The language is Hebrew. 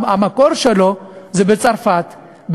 המקור שלה זה בצרפת,